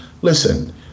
listen